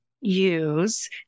use